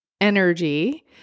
energy